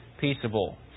peaceable